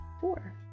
Four